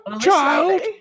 child